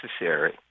necessary